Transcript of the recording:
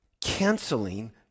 canceling